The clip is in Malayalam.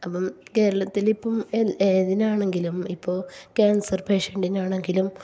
അപ്പം കേരളത്തിലിപ്പം ഏതിനാണെങ്കിലും ഇപ്പോൾ കാൻസർ പേഷ്യൻ്റിനാണെങ്കിലും